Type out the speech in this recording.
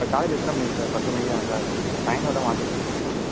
sir college எத்தனை மணிக்கு sir பத்து மணிக்கு தானே சார் டைம் எதுவும் மாற்றிருகேன்னு சொன்னாங்க